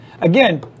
again